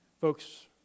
Folks